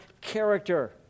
character